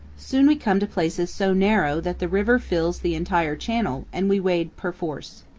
soon we come to places so narrow that the river fills the entire channel and we wade perforce.